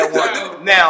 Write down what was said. Now